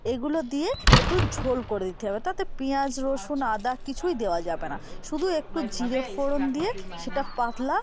এইগুলো দিয়ে একটু ঝোল করে দিতে হবে তাতে পিঁয়াজ রসুন আদা কিছুই দেওয়া যাবে না শুধু একটু জিরে ফোড়ন দিয়ে সেটা পাতলা